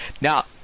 now